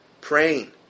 Praying